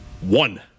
One